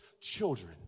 children